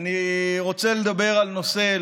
אני רוצה לדבר על נושא,